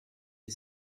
est